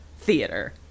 theater